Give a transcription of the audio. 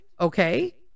okay